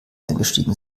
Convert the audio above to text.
eingestiegen